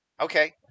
Okay